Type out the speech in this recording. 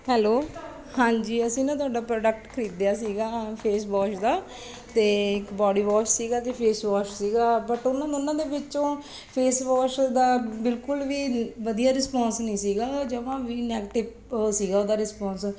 hello ਹਾਂਜੀ ਅਸੀਂ ਨਾ ਤੁਹਾਡਾ ਪ੍ਰੋਡਕਟ ਖਰੀਦਿਆ ਸੀਗਾ ਫੇਸ ਵੋਸ਼ ਦਾ ਅਤੇ ਇੱਕ ਬੋਡੀ ਵੋਸ਼ ਸੀਗਾ ਅਤੇ ਫੇਸ ਵੋਸ਼ ਸੀਗਾ ਬਟ ਉਹਨਾਂ ਦੋਨਾਂ ਦੇ ਵਿੱਚੋਂ ਫੇਸ ਵੋਸ਼ ਦਾ ਬਿਲਕੁਲ ਵੀ ਵਧੀਆ ਰਿਸਪੋਂਸ ਨਹੀਂ ਸੀਗਾ ਜਮਾਂ ਵੀ ਨੈਗਟਿਵ ਸੀਗਾ ਉਹਦਾ ਰਿਸਪੋਂਸ